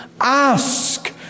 Ask